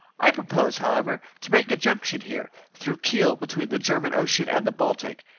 i propose, however, to make a junction here, through kiel between the german ocean and the baltic.